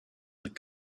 that